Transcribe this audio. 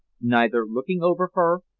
neither looking over her,